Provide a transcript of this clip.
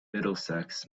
middlesex